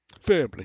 Family